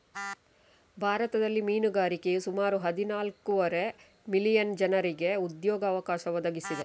ಭಾರತದಲ್ಲಿ ಮೀನುಗಾರಿಕೆಯು ಸುಮಾರು ಹದಿನಾಲ್ಕೂವರೆ ಮಿಲಿಯನ್ ಜನರಿಗೆ ಉದ್ಯೋಗ ಅವಕಾಶ ಒದಗಿಸಿದೆ